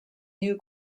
new